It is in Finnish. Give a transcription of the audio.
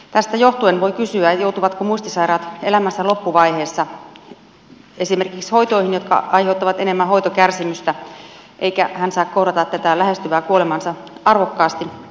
tästä johtuen voi kysyä joutuvatko muistisairaat elämänsä loppuvaiheessa esimerkiksi hoitoihin jotka aiheuttavat enemmän hoitokärsimystä eivätkä he saa kohdata tätä lähestyvää kuolemaansa arvokkaasti